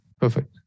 Perfect